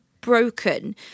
broken